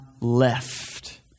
left